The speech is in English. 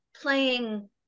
playing